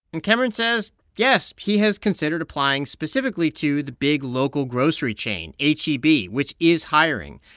and cameron says yes. he has considered applying specifically to the big local grocery chain h e b, which is hiring.